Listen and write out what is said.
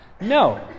no